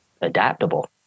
adaptable